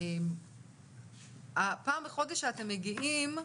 פעם בחודש שאתם מגיעים,